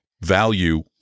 value